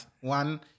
One